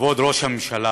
כבוד ראש הממשלה,